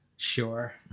Sure